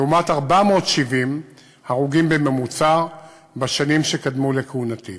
לעומת 470 הרוגים בממוצע בשנים שקדמו לכהונתי.